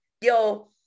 Yo